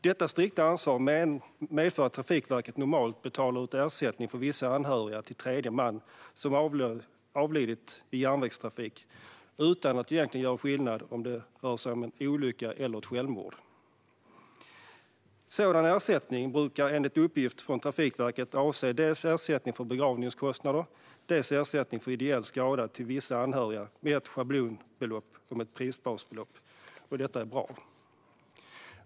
Detta strikta ansvar medför att Trafikverket normalt betalar ut ersättning för vissa anhöriga till tredje man som avlidit i järnvägstrafik utan att egentligen göra skillnad på om det rör sig om en olycka eller ett självmord. Sådan ersättning brukar enligt uppgift från Trafikverket avse dels ersättning för begravningskostnader, dels ersättning för ideell skada till vissa anhöriga med ett schablonbelopp om ett prisbasbelopp. Detta är bra.